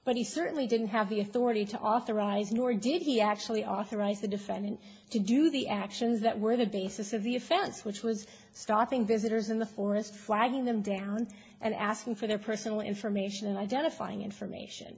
but he certainly didn't have the authority to authorize nor did he actually authorize the defendant to do the actions that were the basis of the offense which was stopping visitors in the forest flagging them down and asking for their personal information and identifying information